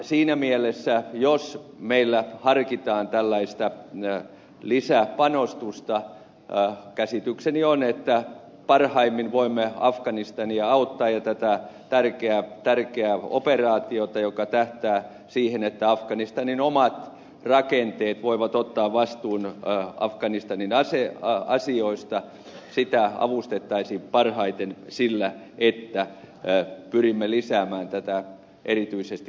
siinä mielessä jos meillä harkitaan tällaista lisäpanostusta käsitykseni on että parhaimmin voimme auttaa afganistania ja tätä tärkeää operaatiota joka tähtää siihen että afganistanin omat rakenteet voivat ottaa vastuun afganistanin asioista sillä että pyrimme lisäämään erityisesti siviilikriisinhallintatoimia